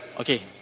Okay